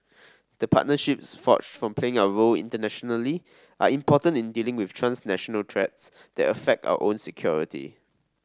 the partnerships forged from playing our role internationally are important in dealing with transnational threats that affect our own security